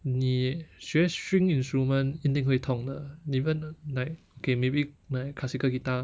你学 string instrument 一定会痛的 even like okay maybe like classical guitar